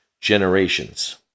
generations